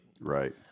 right